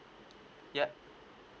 yup